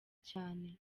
cyane